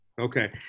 Okay